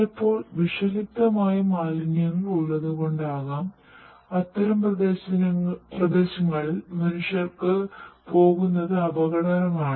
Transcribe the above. ചിലപ്പോൾ വിഷലിപ്തമായ മാലിന്യങ്ങൾ ഉള്ളതുകൊണ്ടാകാം അത്തരം പ്രദേശങ്ങളിൽ മനുഷ്യർ പോകുന്നത് അപകടകരമാണ്